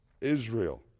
Israel